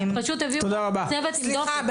פשוט הביאו צוות עם דופק.